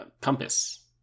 compass